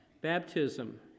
baptism